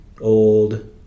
old